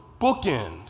bookend